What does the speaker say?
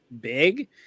big